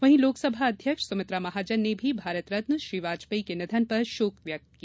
वहीं लोकसभा अध्यक्ष सुमित्रा महाजन ने भी भारत रत्न श्री वाजपेयी के निधन पर शोक व्यक्त किया